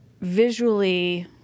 visually